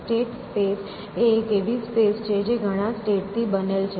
state space એ એક એવી સ્પેસ છે જે ઘણા સ્ટેટ થી બનેલ છે